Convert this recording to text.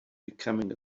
becoming